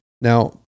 now